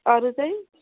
अरू चाहिँ